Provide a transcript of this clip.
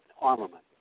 armament